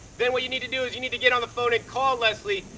then what you need to do is you need to get on the phone and call leslie.